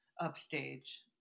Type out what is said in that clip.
upstage